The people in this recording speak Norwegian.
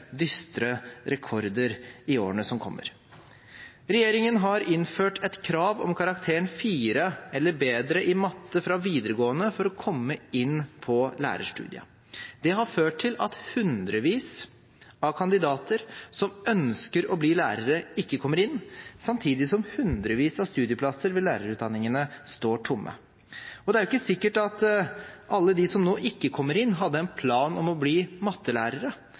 dystre rekorder i årene som kommer. Regjeringen har innført et krav om karakteren 4 eller bedre i matte fra videregående for å komme inn på lærerstudiet. Det har ført til at hundrevis av kandidater som ønsker å bli lærere, ikke kommer inn, samtidig som hundrevis av studieplasser ved lærerutdanningene står tomme. Det er ikke sikkert at alle de som nå ikke kommer inn, hadde en plan om å bli